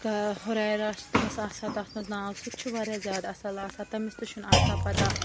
ہُریرَہ چھِ تٔمِس آسان تَتھ منٛز ناو سُہ تہِ چھُ واریاہ زیادٕ اَصٕل آسان تٔمِس تہِ چھُنہٕ آسان پَتہ